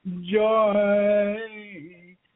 joy